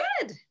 Good